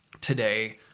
today